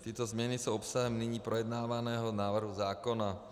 Tyto změny jsou obsahem nyní projednávaného návrhu zákona.